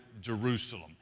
Jerusalem